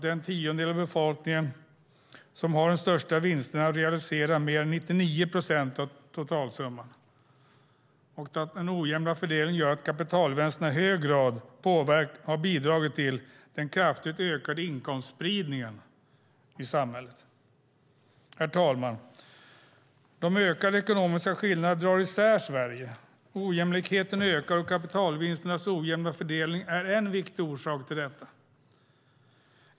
Den tiondel av befolkningen som har de största vinsterna realiserade mer än 99 procent av totalsumman. Den ojämna fördelningen gör att kapitalvinsterna i hög grad har bidragit till den kraftigt ökande inkomstspridningen i samhället. Herr talman! De ökade ekonomiska skillnaderna drar isär Sverige. Ojämlikheten ökar, och kapitalvinsternas ojämna fördelning är en viktig orsak till detta.